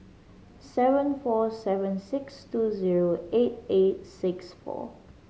seven four seven six two zero eight eight six four